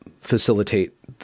facilitate